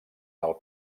del